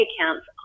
Accounts